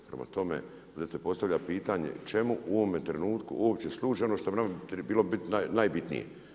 Prema tome, onda se postavlja pitanje čemu u ovome trenutku uopće služi ono što bi nama bilo najbitnije?